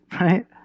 right